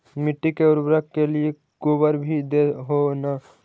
मिट्टी के उर्बरक के लिये गोबर भी दे हो न?